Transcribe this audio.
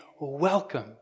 Welcome